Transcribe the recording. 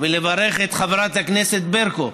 ולברך את חברת הכנסת ברקו